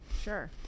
sure